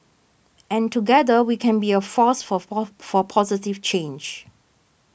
and together we can be a force for for positive change